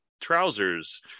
trousers